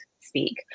speak